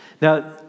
Now